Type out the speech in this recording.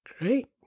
great